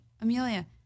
Amelia